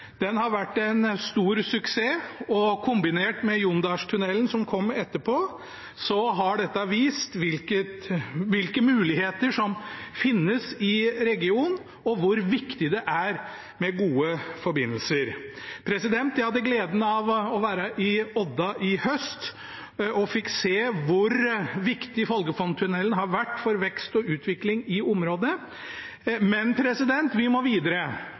den. Den har vært en stor suksess, og kombinert med Jondalstunnelen, som kom etterpå, har dette vist hvilke muligheter som finnes i regionen, og hvor viktig det er med gode forbindelser. Jeg hadde gleden av å være i Odda i høst og fikk se hvor viktig Folgefonntunnelen har vært for vekst og utvikling i området, men vi må videre.